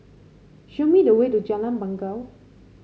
show me the way to Jalan Bangau